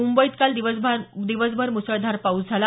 मुंबईत काल दिवसभर मुसळधार पाऊस झाला